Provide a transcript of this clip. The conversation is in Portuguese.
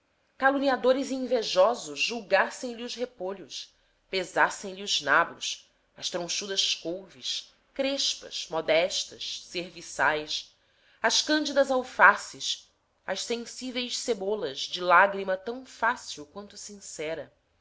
caluniadores e invejosos julgassem lhe os repolhos pesassem lhe os nabos as tronchudas couves crespas modestas serviçais as cândidas alfaces as sensíveis cebolas de lágrima tão fácil quanto sincera